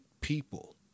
people